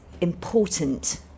important